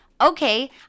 okay